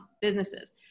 businesses